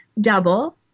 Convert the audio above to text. double